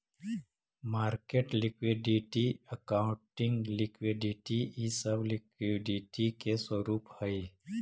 market liquidity, accounting liquidity इ सब liquidity के स्वरूप हई